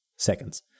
seconds